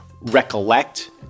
recollect